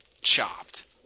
Chopped